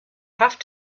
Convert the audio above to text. have